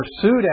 pursued